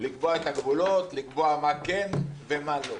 לקבוע את הגבולות, לקבוע מה כן ומה לא.